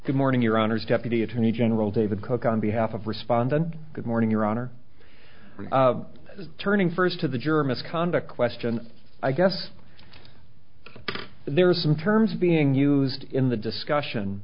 d morning your honor deputy attorney general david cook on behalf of respondent good morning your honor turning first to the jury misconduct question i guess there are some terms being used in the discussion